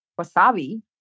wasabi